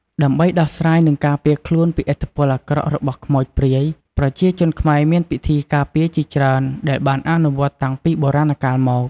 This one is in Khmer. ដើម្បីដោះស្រាយ និងការពារខ្លួនពីឥទ្ធិពលអាក្រក់របស់ខ្មោចព្រាយ ប្រជាជនខ្មែរមានពិធីការពារជាច្រើនដែលបានអនុវត្តន៍តាំងពីបុរាណកាលមក។